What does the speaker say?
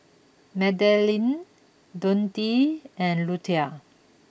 Madelene Dontae and Luther